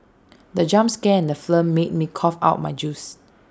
the jump scare in the film made me cough out my juice